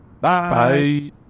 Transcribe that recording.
Bye